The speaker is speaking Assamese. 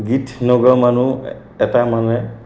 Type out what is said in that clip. গীত নোগোৱা মানুহ এটা মানে